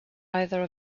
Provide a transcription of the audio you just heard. either